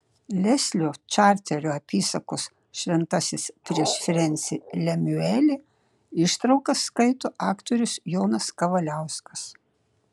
leslio čarterio apysakos šventasis prieš frensį lemiuelį ištraukas skaito aktorius jonas kavaliauskas